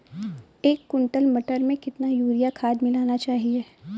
एक कुंटल मटर में कितना यूरिया खाद मिलाना चाहिए?